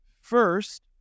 First